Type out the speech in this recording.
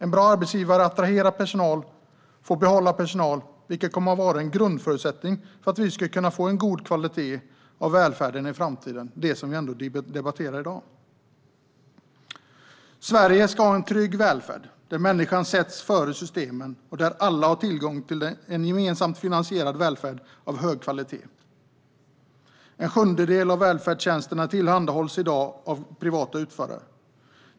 En bra arbetsgivare attraherar och får behålla personal, vilket kommer att vara en grundförutsättning för att vi ska kunna få en god kvalitet hos välfärden i framtiden, som ju är vad vi debatterar i dag. Sverige ska ha en trygg välfärd där människan sätts före systemen och där alla har tillgång till en gemensamt finansierad välfärd av hög kvalitet. En sjundedel av välfärdstjänsterna tillhandahålls i dag av privata utförare.